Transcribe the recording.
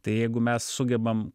tai jeigu mes sugebam